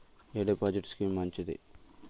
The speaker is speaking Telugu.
ఎ డిపాజిట్ స్కీం మంచిది?